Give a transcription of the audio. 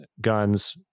guns